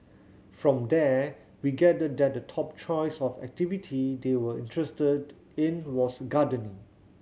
from there we gathered that the top choice of activity they were interested in was gardening